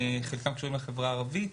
חלקם קשורים לחברה הערבית,